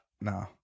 no